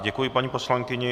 Děkuji paní poslankyni.